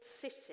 city